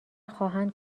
خواهند